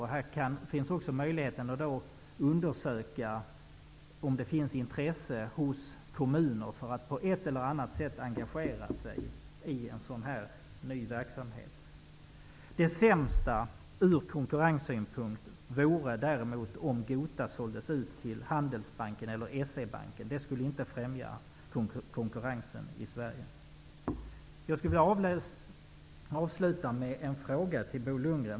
Här finns möjligheten att undersöka om det finns intresse hos kommuner för att på ett eller annat sätt engagera sig i en sådan ny verksamhet. Det sämsta ur konkurrenssynpunkt vore om Gota Bank såldes till Handelsbanken eller S-E-Banken. Det skulle inte främja konkurrensen i Sverige. Lundgren.